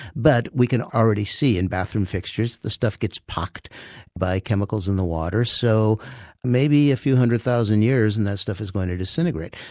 but we can already see in bathroom fixtures, the stuff gets pocked by chemicals in the water, so maybe in a few hundred thousand years and that stuff is going to disintegrate.